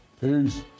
Peace